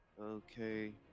Okay